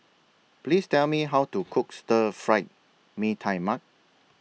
Please Tell Me How to Cook Stir Fried Mee Tai Mak